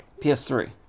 PS3